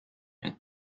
need